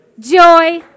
joy